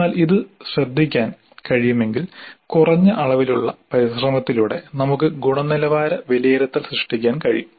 എന്നാൽ ഇത് ശ്രദ്ധിക്കാൻ കഴിയുമെങ്കിൽ കുറഞ്ഞ അളവിലുള്ള പരിശ്രമത്തിലൂടെ നമുക്ക് ഗുണനിലവാര വിലയിരുത്തൽ സൃഷ്ടിക്കാൻ കഴിയും